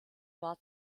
war